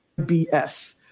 BS